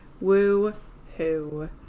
Woo-hoo